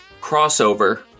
Crossover